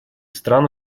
стран